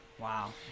Wow